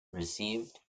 received